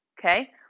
Okay